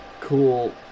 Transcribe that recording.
cool